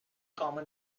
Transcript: common